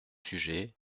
sujets